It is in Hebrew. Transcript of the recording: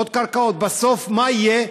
בסוף מה יהיה,